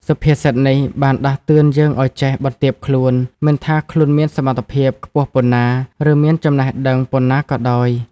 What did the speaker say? សុភាសិតនេះបានដាស់តឿនយើងឱ្យចេះ បន្ទាបខ្លួន មិនថាខ្លួនមានសមត្ថភាពខ្ពស់ប៉ុណ្ណា ឬមានចំណេះដឹងប៉ុន្មានក៏ដោយ។